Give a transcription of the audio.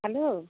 hello